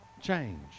change